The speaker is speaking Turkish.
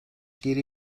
geri